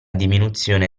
diminuzione